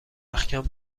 رختکن